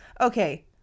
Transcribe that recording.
Okay